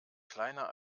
kleiner